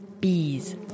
Bees